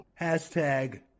Hashtag